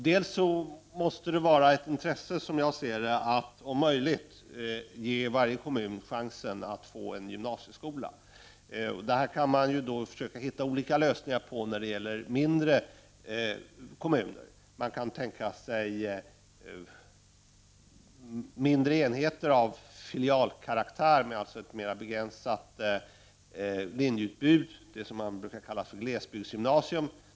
Det måste, som jag ser det, vara ett intresse att om möjligt ge varje kommun chansen att få en gymnasieskola. Man kan försöka hitta olika lösningar när det gäller mindre kommuner. Man kan tänka sig mindre enheter av filialkaraktär, alltså med ett mera begränsat linjeutbud, det som man brukar kalla för glesbygdsgymnasium.